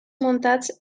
muntats